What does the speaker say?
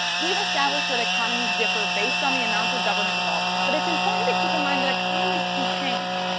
we've established that economies differ based on the amount of government involvement, but it's important to keep in mind that economies can change.